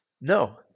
no